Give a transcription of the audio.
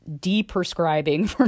de-prescribing